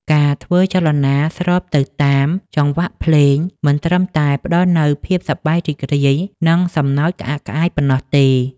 ការធ្វើចលនាស្របទៅតាមចង្វាក់ភ្លេង មិនត្រឹមតែផ្ដល់នូវភាពសប្បាយរីករាយ និងសំណើចក្អាកក្អាយប៉ុណ្ណោះទេ